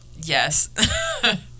Yes